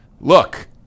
Look